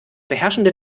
beherrschende